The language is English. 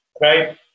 right